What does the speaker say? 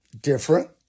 different